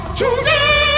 today